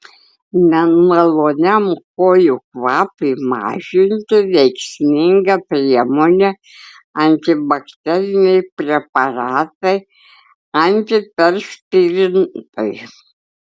nemaloniam kojų kvapui mažinti veiksminga priemonė antibakteriniai preparatai antiperspirantai